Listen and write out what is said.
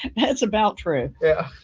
and that's about true. yeah.